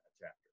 chapter